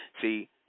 See